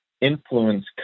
influence